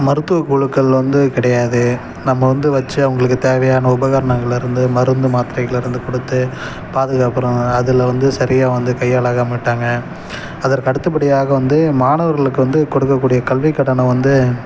மருத்துவக் குழுக்கள் வந்து கிடையாது நம்ம வந்து வச்சு அவங்களுக்குத் தேவையான உபகரணங்கள்லேருந்து மருந்து மாத்திரைகள்லேருந்து கொடுத்து பாதுகாக்கிறோம் அதில் வந்து சரியாக வந்து கையாள மாட்டாங்க அதற்கு அடுத்தபடியாக வந்து மாணவர்களுக்கு வந்து கொடுக்கக் கூடிய கல்விக் கடனை வந்து